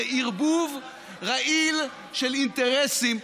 זה ערבוב רעיל של אינטרסים.